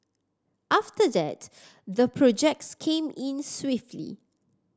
after that the projects came in swiftly